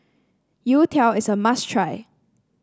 youtiao is a must try